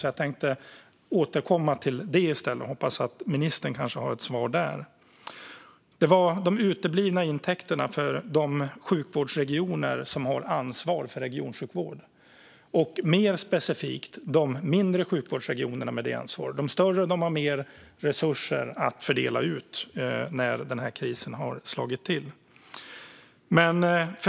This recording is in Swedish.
Jag tänker återkomma till det i stället och hoppas att ministern kanske har ett svar där. Det gäller de uteblivna intäkterna för de sjukvårdsregioner som har ansvar för regionsjukvård, mer specifikt de mindre sjukvårdsregionerna med detta ansvar. De större hade mer resurser att fördela ut när krisen slog till.